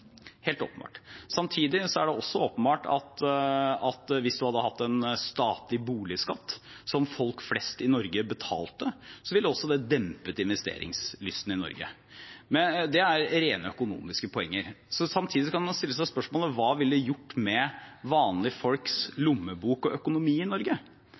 helt åpenbart. Samtidig er det også åpenbart at hvis en hadde hatt en statlig boligskatt, som folk flest i Norge betalte, ville det også dempet investeringslysten i Norge. Det er rene økonomiske poenger. Samtidig kan man stille seg spørsmålet: Hva ville det gjort med vanlige folks lommebok og økonomien i Norge?